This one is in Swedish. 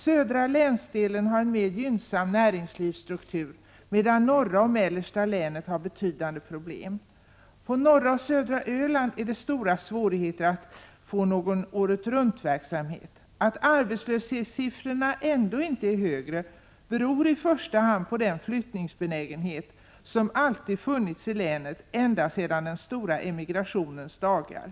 Södra länsdelen har en mer gynnsam näringslivsstruktur, medan norra och mellersta länet har betydande problem. På norra och södra Öland är det stora svårigheter att få någon året-runt-verksamhet. Att arbetslöshetssiffrorna ändå inte är högre beror i första hand på den flyttningsbenägenhet som alltid funnits i länet ända sedan den stora emigrationens dagar. Men här — Prot.